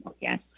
Yes